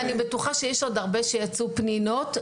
ואני בטוחה שעוד הרבה יצאו פנינות,